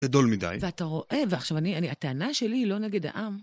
...גדול מדי. ואתה רואה, ועכשיו אני, אני, הטענה שלי היא לא נגד העם,